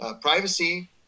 privacy